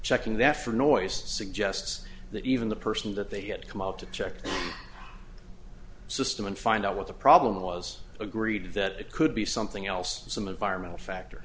checking that for noise suggests that even the person that they had come up to check the system and find out what the problem was agreed that it could be something else some of vironment a factor